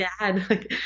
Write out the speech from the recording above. dad